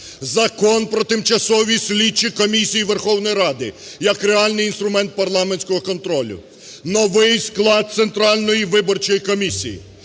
Закон про тимчасові слідчі комісії Верховної Ради як реальний інструмент парламентського контролю, новий склад Центральної виборчої комісії,